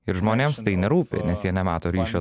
ir žmonėms tai nerūpi nes jie nemato ryšio